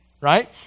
right